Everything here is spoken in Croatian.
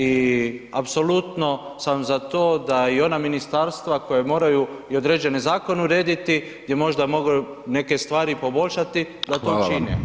I apsolutno sam za to da i ona ministarstva koja moraju i određeni zakon urediti gdje možda mogu neće stvari i poboljšati da to i učine.